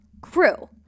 crew